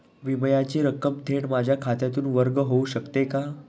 विम्याची रक्कम थेट माझ्या खात्यातून वर्ग होऊ शकते का?